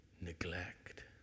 neglect